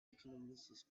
economists